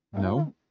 No